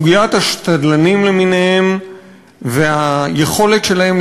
סוגיית השדלנים למיניהם והיכולת שלהם